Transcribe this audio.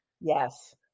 Yes